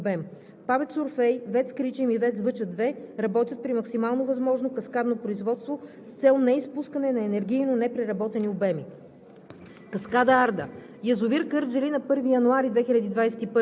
кубика, което представлява 36,96% от полезния му обем. ПАВЕЦ „Орфей“, ВЕЦ „Кричим“ и ВЕЦ „Въча 2“ работят при максимално възможно каскадно производство с цел неизпускане на енергийно непреработени обеми.